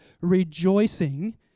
rejoicing